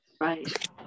right